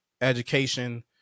education